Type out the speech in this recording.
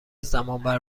زمانبر